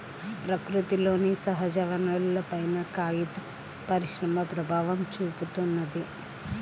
ప్రకృతిలోని సహజవనరులపైన కాగిత పరిశ్రమ ప్రభావం చూపిత్తున్నది